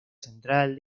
central